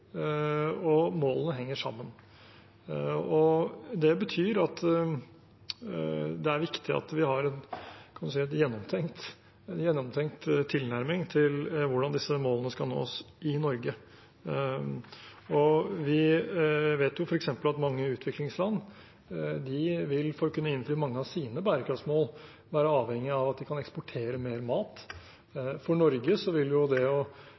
og målene henger sammen. Det betyr at det er viktig at vi har – skal vi si – en gjennomtenkt tilnærming til hvordan disse målene skal nås i Norge. Vi vet f.eks. at mange utviklingsland, for å kunne innfri mange av sine bærekraftsmål, vil være avhengige av at de kan eksportere mer mat. For Norge vil det å